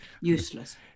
useless